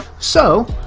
so,